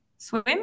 swim